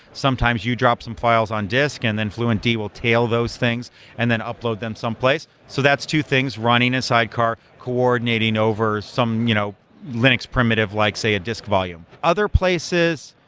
sometimes you drop some files on disk and then fluentd will tail those things and then upload them someplace. so that's two things, running a sidecar, coordinating over some you know linux primitive, like say a disk volume. other places